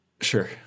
sure